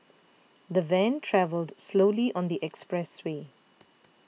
the van travelled slowly on the expressway